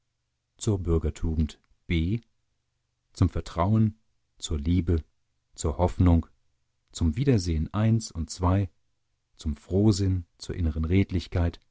zur bürgertugend b zum vertrauen zur liebe zur hoffnung zum wiedersehen und zum frohsinn zur innern